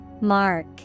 Mark